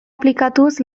aplikatuz